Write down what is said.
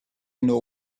know